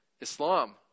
Islam